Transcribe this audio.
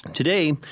Today